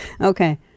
Okay